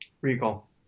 Recall